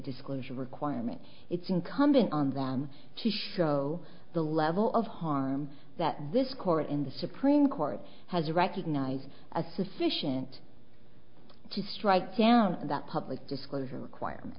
disclosure requirement it's incumbent on them to show the level of harm that this court in the supreme court has recognized as sufficient to strike down that public disclosure